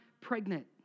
pregnant